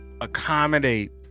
accommodate